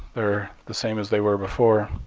they're the same as they were before.